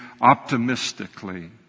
optimistically